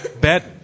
Bet